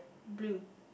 blue